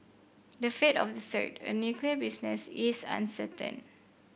the fate of the third a nuclear business is uncertain